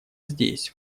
здесь